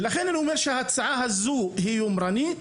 ולכן, ההצעה הזאת היא יומרנית.